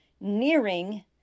nearing